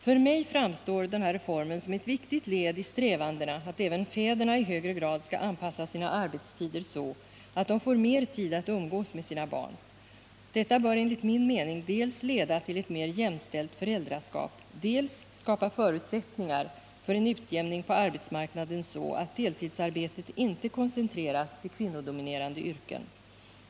För mig framstår denna reform som ett viktigt led i strävandena att även fäderna i högre grad skall anpassa sina arbetstider så att de får mer tid att umgås med sina barn. Detta bör enligt min mening dels leda till ett mer jämställt föräldraskap, dels skapa förutsättningar för en utjämning på arbetsmarknaden så att deltidsarbetet inte koncentreras till kvinnodomine-. rade yrken.